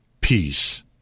peace